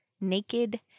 naked